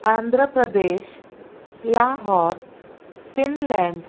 Andhra Pradesh Lahore Finland